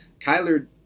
Kyler